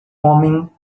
homem